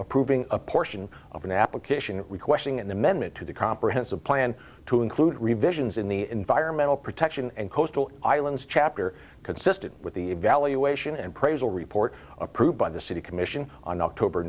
approving a portion of an application requesting an amendment to the comprehensive plan to include revisions in the environmental protection and coastal islands chapter consistent with the evaluation and praise all report approved by the city commission on october